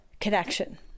connection